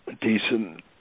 decent